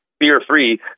fear-free